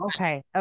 okay